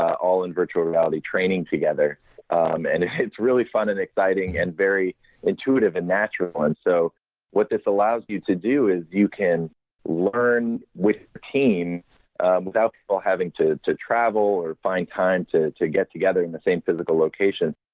all in virtual reality training together um and it's really fun and exciting and very intuitive and natural one. so what this allows you to do is you can learn with the team without people having to to travel or find time to to get together in the same physical location.